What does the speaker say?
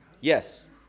yes